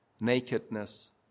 Nakedness